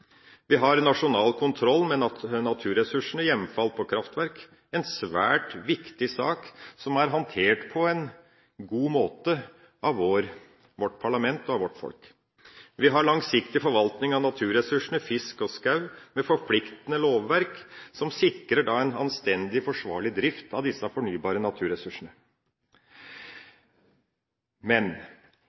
Vi har nasjonal kontroll med naturressursene, hjemfall av kraftverk – en svært viktig sak som er håndtert på en god måte av vårt parlament og av vårt folk. Vi har langsiktig forvaltning av naturressursene fisk og skog, med forpliktende lovverk, som sikrer en anstendig, forsvarlig drift av disse fornybare naturressursene. Men